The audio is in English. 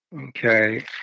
Okay